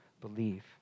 believe